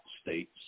States